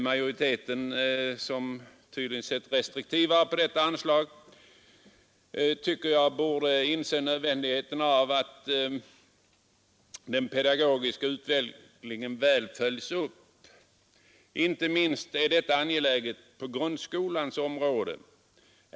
Majoriteten, som tydligen sett mera restriktivt på anslaget, tycker jag borde inse nödvändigheten av att den pedagogiska utvecklingen följs upp väl. Inte minst är detta angeläget på grundskolans område.